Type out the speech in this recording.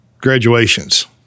graduations